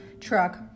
truck